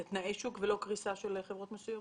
זה תנאי שוק, לא קריסה של חברות מסוימות?